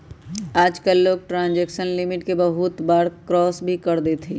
आजकल लोग transaction limit के बहुत बार क्रास भी कर देते हई